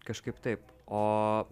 kažkaip taip o